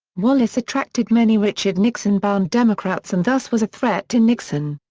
wallace attracted many richard nixon-bound democrats and thus was a threat to nixon.